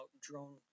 drone